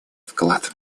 вклад